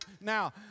Now